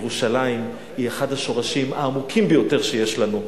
ירושלים היא אחד השורשים העמוקים ביותר שיש לנו.